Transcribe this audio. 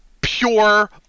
pure